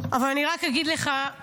אבל אני רק אגיד לך,